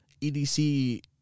EDC